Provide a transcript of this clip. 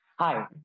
Hi